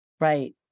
Right